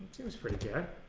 is pretty good